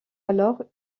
alors